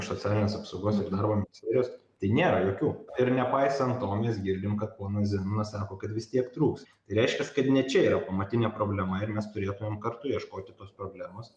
iš socialinės apsaugos ir darbo ministerijos tai nėra jokių ir nepaisant to mes girdim kad ponas zenonas sako kad vis tiek trūks reiškias kad ne čia yra pamatinė problema ir mes turėtumėm kartu ieškoti tos problemos